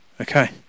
okay